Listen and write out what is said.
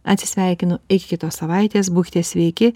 atsisveikinu iki kitos savaitės būkite sveiki